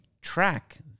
track